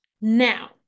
Now